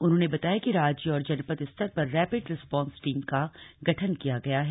उन्होंने बताया कि राज्य और जनपद स्तर पर रेपिड रेस्पॉन्स टीम का गठन किया गया है